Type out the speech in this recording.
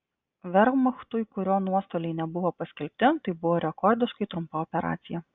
vermachtui kurio nuostoliai nebuvo paskelbti tai buvo rekordiškai trumpa operacija